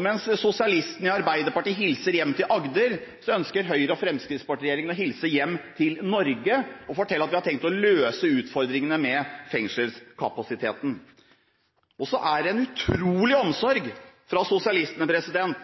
Mens sosialistene i Arbeiderpartiet hilser hjem til Agder, ønsker Høyre–Fremskrittsparti-regjeringen å hilse hjem til Norge og fortelle at vi har tenkt å løse utfordringene med fengselskapasiteten. Sosialistene utviser også en utrolig omsorg